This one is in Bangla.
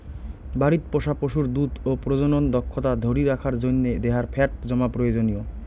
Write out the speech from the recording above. বাড়িত পোষা পশুর দুধ ও প্রজনন দক্ষতা ধরি রাখার জইন্যে দেহার ফ্যাট জমা প্রয়োজনীয়